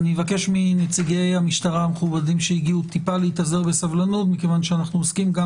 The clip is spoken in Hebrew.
אני אבקש מנציגי המשטרה להיאזר בסבלנות, ונשמע גם